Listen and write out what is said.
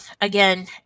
again